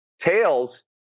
Tails